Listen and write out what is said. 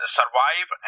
survive